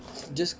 just